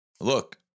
look